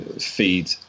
feed